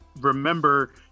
remember